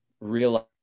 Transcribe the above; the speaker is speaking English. realize